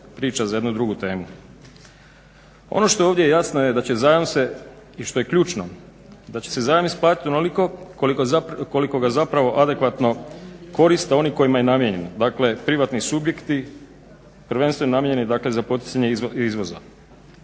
priča za jednu drugu temu. Ono što je ovdje jasno da će se zajam i što je ključno da će se zajam isplatiti onoliko koliko ga zapravo adekvatno koriste onima kojima je namijenjen, dakle privatni subjekti, prvenstveno namijenjeni za poticanje izvoza.